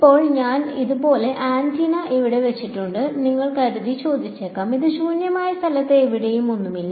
ഇപ്പോൾ ഞാൻ ഇതുപോലൊരു ആന്റിന ഇവിടെ വെച്ചിട്ടുണ്ടെന്ന് കരുതി നിങ്ങൾ ചോദിച്ചേക്കാം അത് ശൂന്യമായ സ്ഥലത്ത് എവിടെയും ഒന്നുമില്ല